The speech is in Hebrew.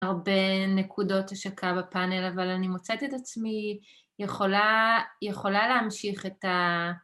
הרבה נקודות השקה בפאנל אבל אני מוצאת את עצמי יכולה להמשיך את ה...